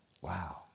wow